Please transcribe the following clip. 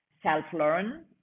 self-learn